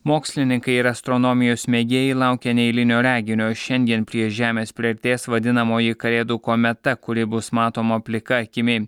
mokslininkai ir astronomijos mėgėjai laukia neeilinio reginio šiandien prie žemės priartės vadinamoji kalėdų kometa kuri bus matoma plika akimi